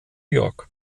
york